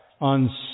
on